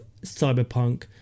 cyberpunk